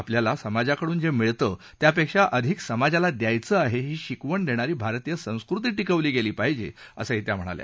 आपल्याला समाजाकडून जे मिळतं त्यापेक्षा अधिक समाजाला द्यायचं आहे अशी शिकवण देणारी भारतीय संस्कृती टिकवली गेली पाहिजे असंही त्या म्हणाल्या